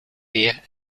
weer